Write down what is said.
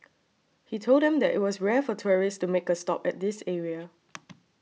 he told them that it was rare for tourists to make a stop at this area